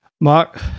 Mark